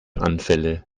anfälle